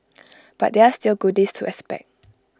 but there are still goodies to expect